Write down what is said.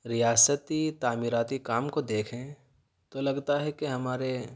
ریاستی تعمیراتی کام کو دیکھیں تو لگتا کہ ہمارے